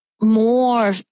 more